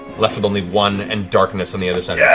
left with only one, and darkness on the other side yeah